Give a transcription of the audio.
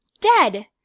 dead